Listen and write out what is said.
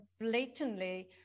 blatantly